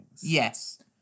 Yes